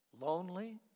lonely